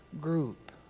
group